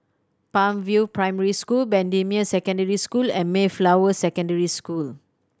Palm View Primary School Bendemeer Secondary School and Mayflower Secondary School